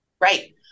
Right